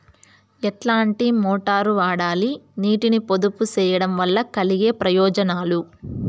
ఎట్లాంటి మోటారు వాడాలి, నీటిని పొదుపు సేయడం వల్ల కలిగే ప్రయోజనాలు?